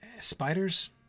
Spiders